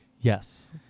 Yes